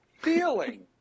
feeling